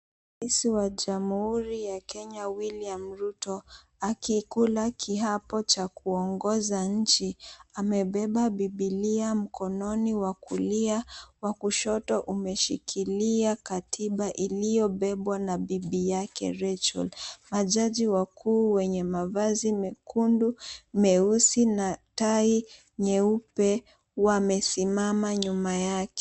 Rais wa jamhuri ya Kenya William Ruto, akikula kiapo cha kuongoza nchi, amebeba Bib𝑖lia mkononi wa kulia, wa kushoto umeshikilia katiba iliyobebwa na bibi yake Rachel. Majaji wakuu wenye mavazi mekundu, meusi na tai nyeupe wamesimama nyuma yake.